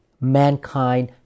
mankind